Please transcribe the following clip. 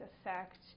effect